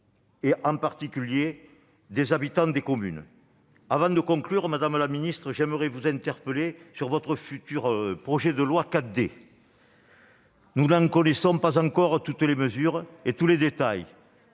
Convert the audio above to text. et, en particulier, des habitants de ces communes. Avant de conclure, madame la ministre, j'aimerais vous interpeller sur votre futur projet de loi dit « 4D ». Nous n'en connaissons encore ni toutes les mesures ni tous les détails